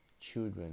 children